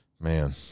Man